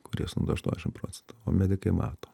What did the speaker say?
kurie sunaudoja aštuoniasdešimt procentų o medikai mato